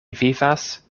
vivas